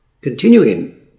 Continuing